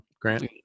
Grant